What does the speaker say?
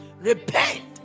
repent